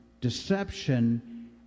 deception